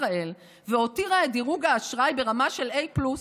ישראל והותירו את דירוג האשראי ברמה של A פלוס.